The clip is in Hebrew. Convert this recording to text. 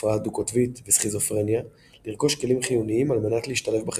הפרעה דו-קוטבית וסכיזופרניה לרכוש כלים חיוניים על מנת להשתלב בחברה.